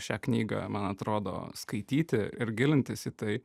šią knygą man atrodo skaityti ir gilintis į tai